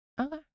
Okay